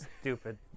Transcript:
stupid